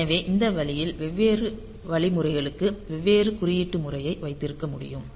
எனவே இந்த வழியில் வெவ்வேறு வழிமுறைகளுக்கு வெவ்வேறு குறியீட்டு முறையை வைத்திருக்க முடியும்